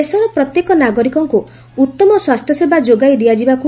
ଦେଶର ପ୍ରତ୍ୟେକ ନାଗରିକଙ୍କୁ ଉତ୍ତମ ସ୍ୱାସ୍ଥ୍ୟସେବା ଯୋଗାଇ ଦିଆଯିବାକୁ